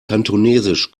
kantonesisch